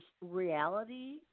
Reality